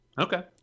okay